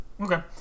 Okay